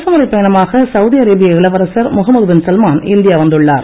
அரசு முறைப் பயணமாக சௌதி அரேபிய இளவரசர் முகமது பின்சல்மான் இந்தியா வந்துள்ளார்